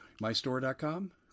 MyStore.com